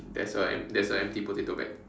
there's a emp~ there's a empty potato bag